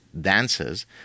dances